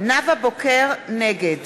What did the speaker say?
נגד